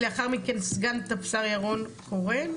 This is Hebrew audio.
לאחר מכן סגן טפסר ירון קורן,